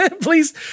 please